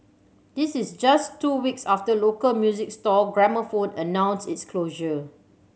this is just two weeks after local music store Gramophone announced its closure